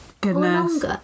goodness